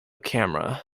camera